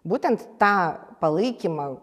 būtent tą palaikymą